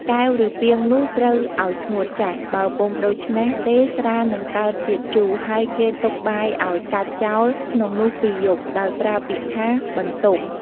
កែវ ឬពាងនោះត្រូវឲ្យស្ងួតចែស បើពុំដូច្នោះទេស្រានឹងកើតជាតិជូរ ហើយគេទុកបាយឲ្យកាច់ចោលក្នុងនោះ២យប់ ដោយប្រើពាក្យថា «បន្ទុំ»។